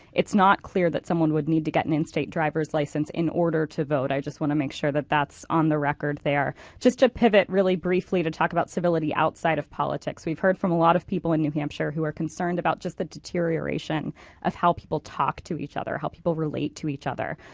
it's not clear that someone would need to get an in-state driver's license in order to vote. i just want to make sure that that's on the record there. just a pivot really briefly to talk about civility outside of politics, we've heard from a lot of people in new hampshire who are concerned about just the deterioration of how people talk to each other, how people relate to each other.